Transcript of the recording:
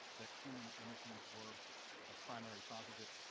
that human emissions were a primary cause of it,